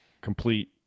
complete